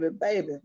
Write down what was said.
baby